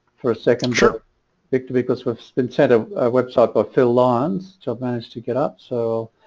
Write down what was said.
for a second sure picked because with instead of website but phil lawns just managed to get up so